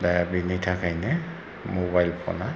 दा बिनि थाखायनो मबाइल फनआ